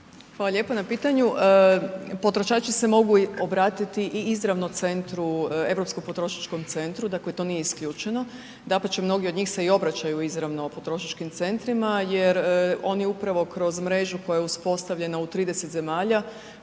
Hvala lijepo na pitanju. Potrošači se mogu obratiti i izravno centru, Europskom potrošačkom centru, dakle to nije isključeno. Dapače mnogi od njih se i obraćaju izravno potrošačkim centrima jer oni upravo kroz mrežu koja je uspostavljena u 30 zemalja